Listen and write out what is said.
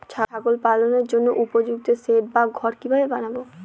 ছাগল পালনের জন্য উপযুক্ত সেড বা ঘর কিভাবে বানাবো?